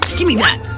gimme that!